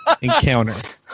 encounter